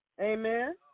Amen